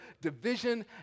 division